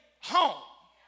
home